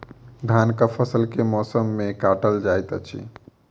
धानक फसल केँ मौसम मे काटल जाइत अछि?